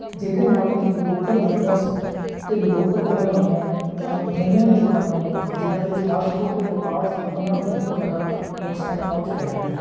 ਜਿਹਦੇ ਨਾਲ ਕਿ ਲੋਕਲ ਵੈਂਡਰਸ ਅਤੇ ਲੋਕਲ ਹਲਵਾਈਆਂ ਦੀਆਂ ਮਠਿਆਈਆਂ ਦੀਆਂ ਦੁਕਾਨਾਂ ਨੂੰ ਜਾਂ ਜਿਨ੍ਹਾਂ ਦੇ ਫਾਸਟ ਫੂਡ ਦੇ ਵਪਾਰ ਸੀ ਉਨ੍ਹਾਂ ਨੂੰ ਬਹੁਤ ਜ਼ਿਆਦਾ ਨੁਕਸਾਨ ਪਹੁੰਚ ਰਿਹਾ ਹੈ